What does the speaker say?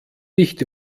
nicht